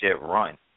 run